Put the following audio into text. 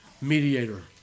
mediator